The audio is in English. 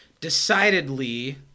decidedly